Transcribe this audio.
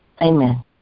Amen